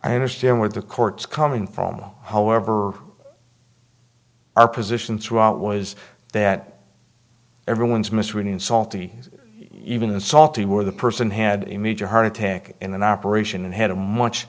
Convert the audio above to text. i understand where the courts coming from however our position throughout was that everyone's misreading salty even and salty where the person had a major heart attack in an operation had a